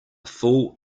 fool